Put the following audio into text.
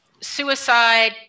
suicide